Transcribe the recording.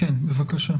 כן, בבקשה.